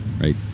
right